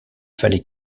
fallait